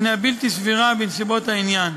היא בלתי סבירה בנסיבות העניין.